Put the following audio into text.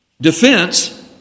defense